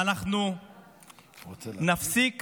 ואנחנו נפסיק